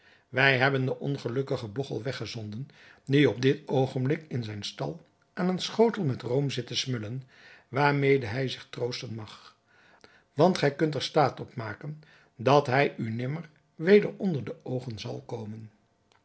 wij hebben den ongelukkigen bogchel weggezonden die op dit oogenblik in zijnen stal aan een schotel met room zit te smullen waarmede hij zich troosten mag want gij kunt er staat op maken dat hij u nimmer weder onder de oogen zal komen